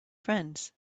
friends